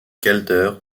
calder